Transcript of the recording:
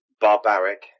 barbaric